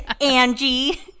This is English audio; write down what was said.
Angie